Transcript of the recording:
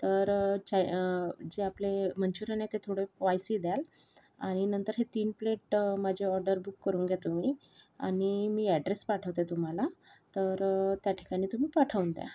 तर चाय जे आपले मंचुरीयन आहे ते थोडे स्पाईसी द्याल आणि नंतर हे तीन प्लेट माझी ऑर्डर बुक करून घ्या तुम्ही आणि मी अॅड्रेस पाठवते तुम्हाला तर त्या ठिकाणी तुम्ही पाठवून द्या